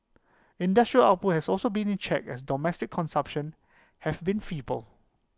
industrial output has also been in check as domestic consumption has been feeble